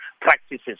practices